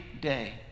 day